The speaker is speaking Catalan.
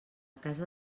casa